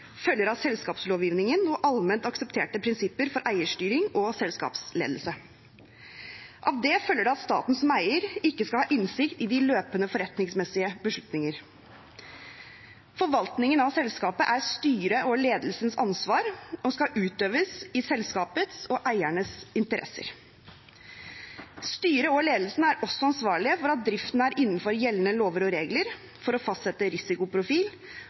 følger av selskapslovgivningen og allment aksepterte prinsipper for eierstyring og selskapsledelse. Av det følger det at staten som eier ikke skal ha innsikt i de løpende forretningsmessige beslutninger. Forvaltningen av selskapet er styrets og ledelsens ansvar og skal utøves i selskapets og eiernes interesser. Styret og ledelsen er også ansvarlige for at driften er innenfor gjeldende lover og regler, å fastsette risikoprofil